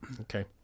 Okay